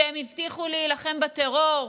שהם הבטיחו להילחם בטרור,